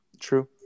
True